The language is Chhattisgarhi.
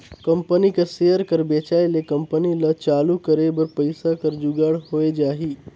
कंपनी कर सेयर कर बेंचाए ले कंपनी ल चालू करे बर पइसा कर जुगाड़ होए जाही